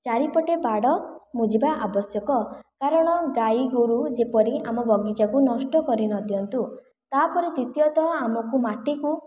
ଚାରିପଟେ ବାଡ଼ ମୋଜୀବା ଆବଶ୍ୟକ କାରଣ ଗାଈ ଗୋରୁ ଯେପରି ଆମ ବଗିଚାକୁ ନଷ୍ଟ କରି ନଦିଅନ୍ତୁ ତା'ପରେ ଦ୍ଵିତୀୟତଃ ଆମକୁ ମାଟିକୁ